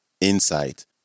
insight